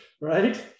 Right